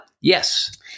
Yes